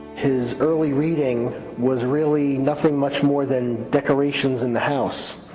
his early reading was really nothing much more than decorations in the house.